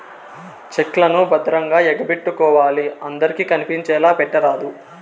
check లను భద్రంగా ఎగపెట్టుకోవాలి అందరికి కనిపించేలా పెట్టరాదు